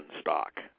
stock